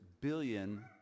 billion